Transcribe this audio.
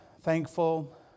thankful